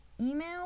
email